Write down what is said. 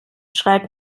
schreibt